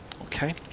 Okay